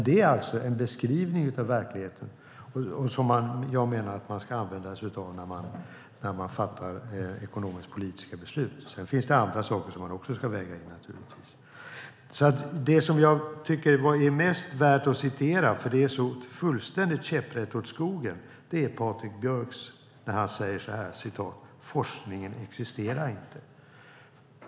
Det är en beskrivning av verkligheten som jag menar att man ska använda sig av när man fattar ekonomisk-politiska beslut. Sedan finns det andra saker som man naturligtvis också ska väga in. Det som jag tycker är mest värt att citera, därför att det är så fullständigt käpprätt åt skogen, är det Patrik Björck säger: Forskningen existerar inte.